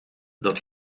dat